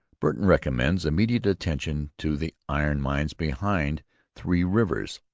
burton recommends immediate attention to the iron mines behind three rivers.